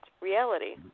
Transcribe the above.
reality